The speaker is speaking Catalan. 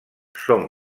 són